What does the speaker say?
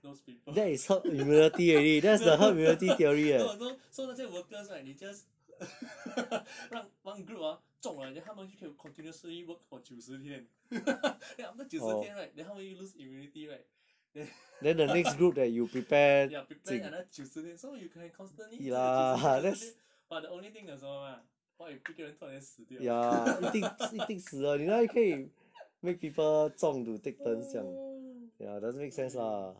those people no no so so 那些 workers right 你 just 让 one group ah 中 right then 他们就可以 continuously work for 九十天 then after that 九十天 right then 他们就 lose immunity right then ya prepare another 九十天 so you can constantly 一直有九十天九十天 but the only thing 你懂什么吗 what if 一个人突然间死掉 !aiyo!